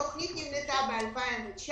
התוכנית נבנתה ב-2019.